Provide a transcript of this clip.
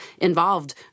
involved